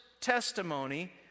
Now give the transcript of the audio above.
testimony